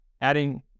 adding